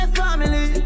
family